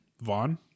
Vaughn